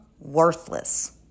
worthless